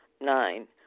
Nine